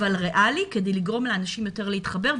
אבל ריאלי, כדי לגרום לאנשים יותר להתחבר.